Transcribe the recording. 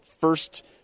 first